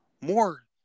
more